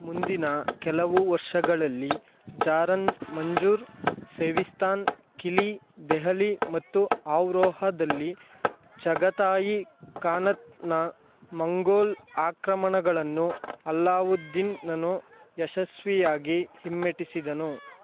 ಮುಂದಿನ ಕೆಲವು ವರ್ಷಗಳಲ್ಲಿ ಜಾರನ್ ಮಂಜೂರ್ ಸೆವಿಸ್ತಾನ್ ಕಿಲಿ ದೆಹಲಿ ಮತ್ತು ಅಮ್ರೋಹಾದಲ್ಲಿ ಚಗತಾಯಿ ಕಾನತ್ನ ಮಂಗೋಲ್ ಆಕ್ರಮಣಗಳನ್ನು ಅಲ್ಲಾವುದ್ದೀನನು ಯಶಸ್ವಿಯಾಗಿ ಹಿಮ್ಮೆಟ್ಟಿಸಿದನು